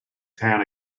town